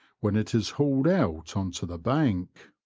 when it is hauled out on to the bank.